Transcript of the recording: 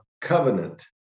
covenant